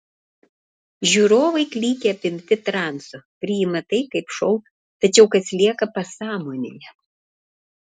žiūrovai klykia apimti transo priima tai kaip šou tačiau kas lieka pasąmonėje